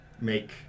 make